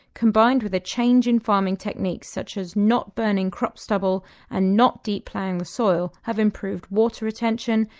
combined with a change in farming techniques, such as not burning crop stubble and not deep ploughing the soil, have improved water retention,